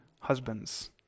husband's